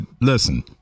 listen